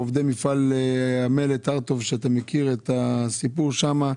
עובדי מפעל המלט הרטוב שאתה מכיר את הסיפור שם.